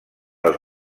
les